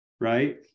right